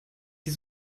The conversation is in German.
die